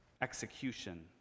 execution